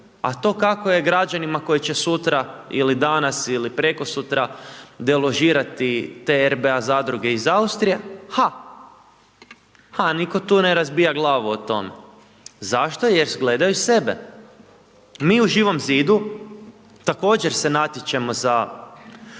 a to kako je građanima koje će sutra ili danas ili prekosutra deložirati te RBA zadruge iz Austrije, ha, ha nitko tu ne razbija glavu o tom. Zašto? Jer gledaju sebe. Mi u Živom Zidu također se natječemo za